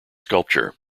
sculpture